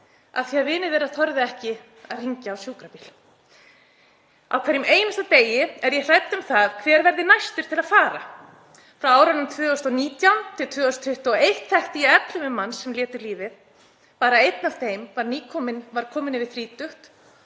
af því vinir þeirra þorðu ekki að hringja á sjúkrabíl. Á hverjum einasta degi er ég hrædd um það hver verði næstur til að fara. Frá árunum 2019–2021, þekkti ég 11 manns sem létu lífið. Bara einn af þeim var kominn yfir þrítugt